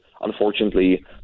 unfortunately